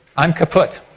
i'm kaput.